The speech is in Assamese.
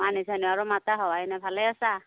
মানুহ চানুহ আৰু মতা হোৱাই নাই ভালে আছা